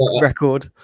record